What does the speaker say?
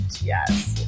Yes